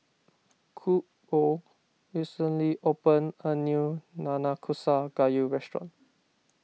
Hugo recently opened a new Nanakusa Gayu restaurant